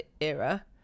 era